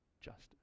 justice